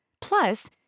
Plus